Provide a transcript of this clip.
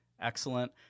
excellent